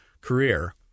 career